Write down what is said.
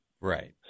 Right